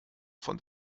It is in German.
von